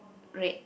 red